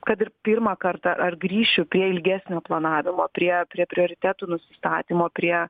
kad ir pirmą kartą ar grįšiu prie ilgesnio planavimo prie prie prioritetų nusistatymo prie